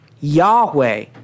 Yahweh